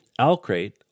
Alcrate